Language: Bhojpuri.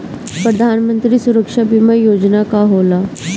प्रधानमंत्री सुरक्षा बीमा योजना का होला?